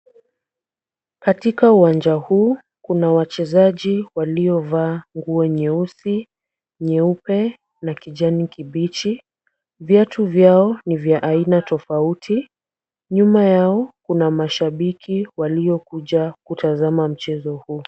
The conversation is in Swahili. Katika uwanja huu kuna wachezaji waliovaa nguo nyeusi, nyeupe na kijani kibichi. Viatu vyao ni vya aina tofauti. Nyuma yao kuna mashabiki waliokuja kutazama mchezo huu.